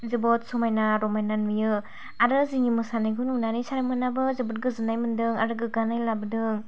जोबोत समायना रमायना नुयो आरो जोंनि मोसानायखौ नुनानै सार मोनहाबो जोबोर गोजोन्नाय मोनदों आरो गोगानाय लाबोदों